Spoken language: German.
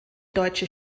deutsche